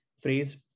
phrase